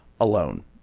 alone